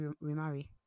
remarry